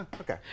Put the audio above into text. okay